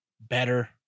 better